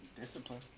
Discipline